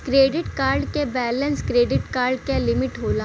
credit card क balance credit card क limit होला